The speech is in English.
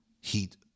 heat